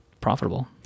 profitable